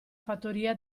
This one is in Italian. fattoria